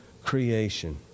creation